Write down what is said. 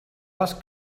les